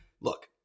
Look